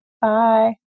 Bye